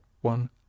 one